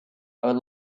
are